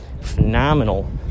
Phenomenal